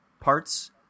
parts